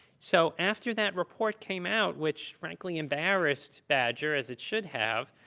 so after that report came out, which, frankly, embarrassed badger as it should have,